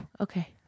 okay